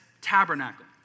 tabernacle